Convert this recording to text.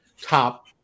top